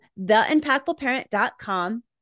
theimpactfulparent.com